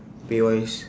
pay-wise